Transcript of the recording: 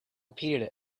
repeated